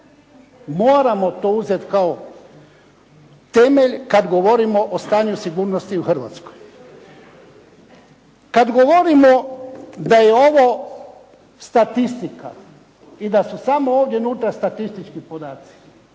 Moramo to uzeti kao temelj kad govorimo o stanju sigurnosti u Hrvatskoj. Kad govorimo da je ovo statistika i da su samo ovdje unutra statistički podaci.